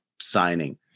signing